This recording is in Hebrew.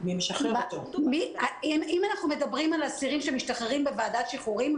אם אנחנו מדברים על אסירים שמשתחררים בוועדת שחרורים,